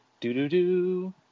do-do-do